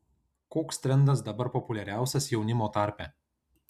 koks trendas dabar populiariausias jaunimo tarpe